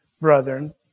brethren